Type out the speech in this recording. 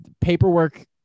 paperwork